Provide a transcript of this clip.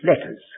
letters